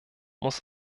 muss